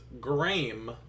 Graeme